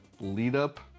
lead-up